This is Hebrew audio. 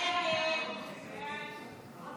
הסתייגות